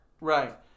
Right